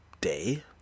day